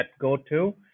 GoTo